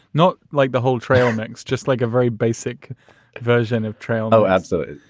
not like the whole trail mix, just like a very basic version of trail oh, absolutely.